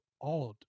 odd